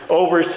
over